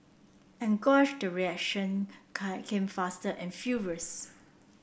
and gosh the reaction come came fast and furious